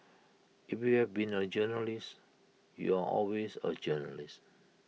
if you've been A journalist you're always A journalist